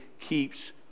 keeps